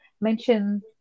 mention